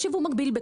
יש ייבוא מקביל.